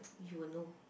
you will know